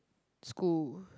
school